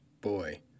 Boy